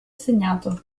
insegnato